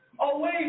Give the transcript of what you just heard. away